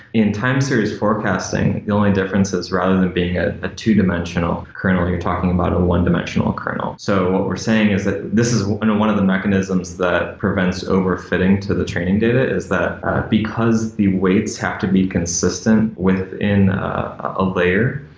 in time series forecasting, the only difference is rather than being ah a two-dimensional kernel, you're talking about a one-dimensional kernel. what so we're saying is that this is one of the mechanisms that prevents over-fitting to the training data is that because the weights have to be consistent within a layer,